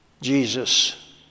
Jesus